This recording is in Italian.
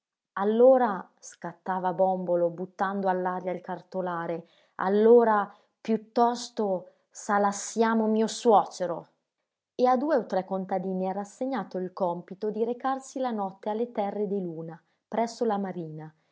allora scattava bòmbolo buttando all'aria il cartolare allora piuttosto salassiamo mio suocero e a due o tre contadini era assegnato il compito di recarsi la notte alle terre di luna presso la marina